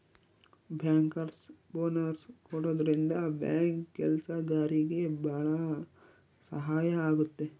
bankers bonus ಕೊಡೋದ್ರಿಂದ bank ಕೆಲ್ಸಗಾರ್ರಿಗೆ ಭಾಳ ಸಹಾಯ ಆಗುತ್ತೆ